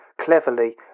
cleverly